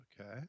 Okay